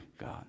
God